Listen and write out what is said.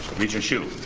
regent hsu.